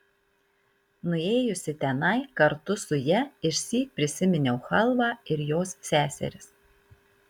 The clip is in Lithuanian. nuėjusi tenai kartu su ja išsyk prisiminiau chalvą ir jos seseris